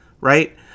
right